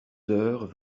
heures